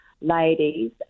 Ladies